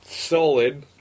solid